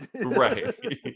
Right